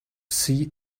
see